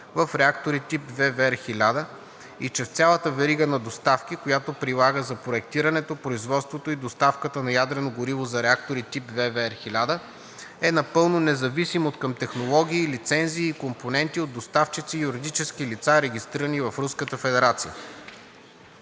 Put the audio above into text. в реактори тип ВВЕР-1000 и че в цялата верига на доставки, която прилага за проектирането, производството и доставката на ядрено гориво за реактори тип ВВЕР-1000, е напълно независим откъм технологии, лицензии и компоненти от доставчици и юридически лица, регистрирани в